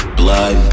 blood